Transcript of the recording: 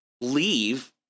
leave